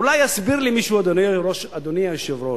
אולי יסביר לי מישהו, אדוני היושב-ראש,